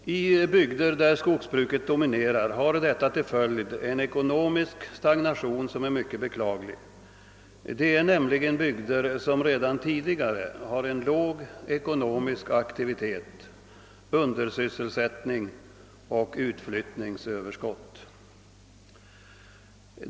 I bygder där skogsbruket dominerar har detta till följd en ekonomisk stagnation som är mycket beklaglig. Det är nämligen bygder som redan tidigare har en låg ekonomisk aktivitet, undersysselsättning och utflyttningsöverskott.